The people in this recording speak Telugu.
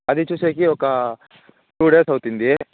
అది చూసేకి ఒక టు డేస్ అవుతుంది